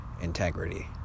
Integrity